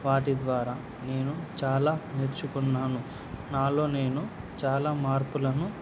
వాటి ద్వారా నేను చాలా నేర్చుకున్నాను నాలో నేను చాలా మార్పులను